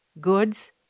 goods